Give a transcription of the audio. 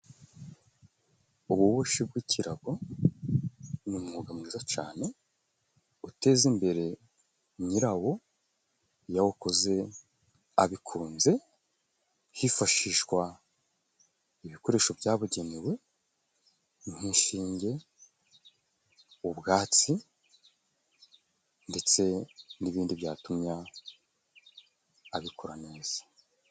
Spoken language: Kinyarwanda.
Ububoshyi bw'ikirago ni umwuga mwiza cyane, uteza imbere nyirawo iyo awukoze abikunze. Hifashishwa ibikoresho byabugenewe nk'inshinge, ubwatsi ndetse n'ibindi byatuma abikora neza.